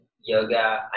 yoga